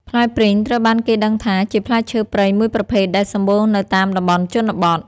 ផ្លែព្រីងត្រូវបានគេដឹងថាជាផ្លែឈើព្រៃមួយប្រភេទដែលសម្បូរនៅតាមតំបន់ជនបទ។